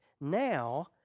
now